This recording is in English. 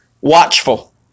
watchful